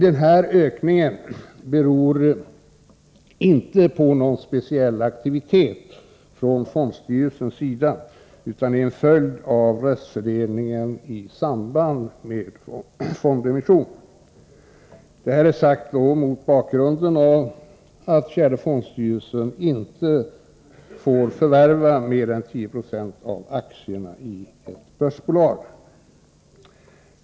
Denna ökning beror inte på någon speciell aktivitet från fondstyrelsens sida utan är en följd av röstfördelningen i samband med fondemission. Detta är sagt mot bakgrunden av att fjärde fondstyrelsen inte får förvärva mer än 10 96 av aktierna i ett börsbolag.